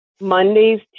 Mondays